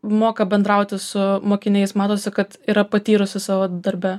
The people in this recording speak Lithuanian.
moka bendrauti su mokiniais matosi kad yra patyrusi savo darbe